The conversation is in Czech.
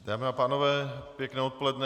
Dámy a pánové, pěkné odpoledne.